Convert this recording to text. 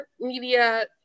media